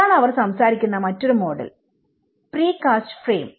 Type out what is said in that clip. ഇതാണ് അവർ സംസാരിക്കുന്ന മറ്റൊരു മോഡൽ പ്രീ കാസ്റ്റ് ഫ്രെയിം